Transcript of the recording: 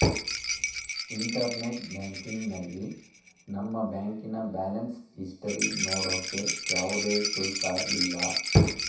internet ಬ್ಯಾಂಕಿಂಗ್ನಲ್ಲಿ ನಮ್ಮ ಬ್ಯಾಂಕಿನ ಬ್ಯಾಲೆನ್ಸ್ ಇಸ್ಟರಿ ನೋಡೋಕೆ ಯಾವುದೇ ಶುಲ್ಕ ಇಲ್ಲ